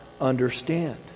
understand